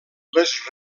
les